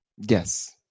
Yes